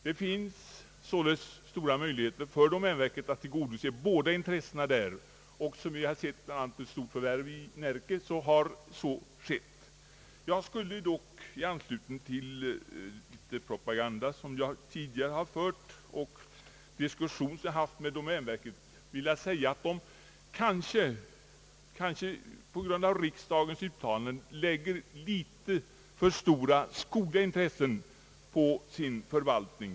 Det finns således stora möjligheter för domänverket att tillgodose båda in tressena, och så har också skett, exempelvis vid ett stort förvärv i Närke. Jag skulle dock i anslutning till den propaganda som jag tidigare sökt föra och till diskussioner jag haft med domänverket vilja säga att verket — kanske på grund av riksdagens uttalanden — lägger litet för stor vikt vid rent skogliga intressen i sin förvaltning.